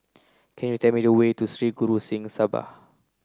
can you tell me the way to Sri Guru Singh Sabha